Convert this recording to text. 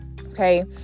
okay